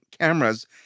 cameras